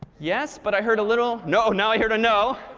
yes, but i heard a little no. now i heard a no.